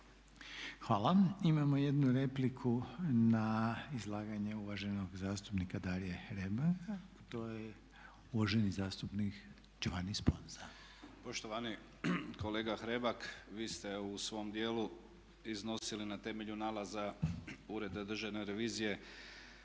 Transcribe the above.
Hvala. Imamo jednu repliku na izlaganje uvaženog zastupnika Darija Hrebaka, to je uvaženi zastupnik Giovanni Sponza. **Sponza, Giovanni (IDS)** Poštovani kolega Hrebak, vi ste u svom dijelu iznosili na temelju nalaza Ureda državne revizije